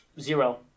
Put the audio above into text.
zero